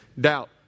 Doubt